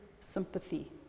sympathy